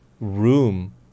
room